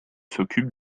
s’occupent